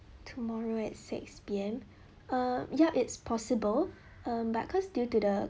tomorrow at six P_M err yup it's possible err but cause due to the